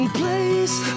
place